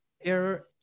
error